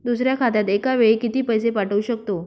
दुसऱ्या खात्यात एका वेळी किती पैसे पाठवू शकतो?